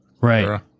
Right